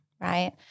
right